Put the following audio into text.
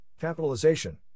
capitalization